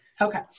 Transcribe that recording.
Okay